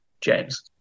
james